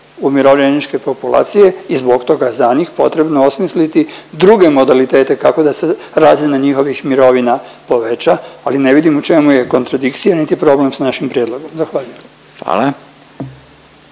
umirovljeničke populacije i zbog toga za njih potrebno je osmisliti druge modalitete tako da se razina njihovih mirovina poveća, ali ne vidim u čemu je kontradikcija niti problem s našim prijedlogom. Zahvaljujem.